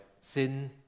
sin